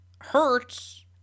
hurts